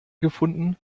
gefunden